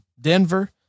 Denver